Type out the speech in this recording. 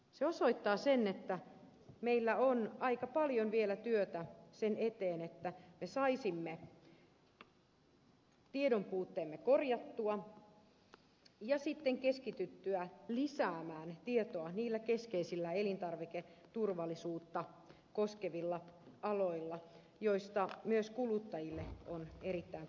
se osoittaa että meillä on aika paljon vielä työtä sen eteen että me saisimme tiedonpuutteemme korjattua ja sitten keskityttyä lisäämään tietoa niillä keskeisillä elintarviketurvallisuutta koskevilla aloilla joista myös kuluttajille on erittäin paljon hyötyä